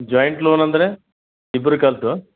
joint loan ಅಂದರೆ ಇಬ್ರು